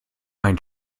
ein